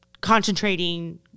concentrating